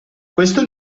questo